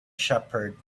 shepherd